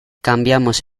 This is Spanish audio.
cambiamos